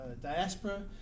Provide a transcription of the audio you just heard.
diaspora